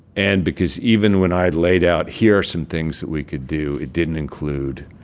and because even when i had laid out, here some things that we could do, it didn't include